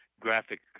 graphic